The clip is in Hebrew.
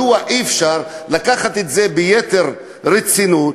מדוע אי-אפשר לקחת את זה ביתר רצינות,